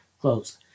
closed